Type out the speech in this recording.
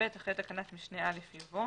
אחרי תקנת משנה (א) יבוא: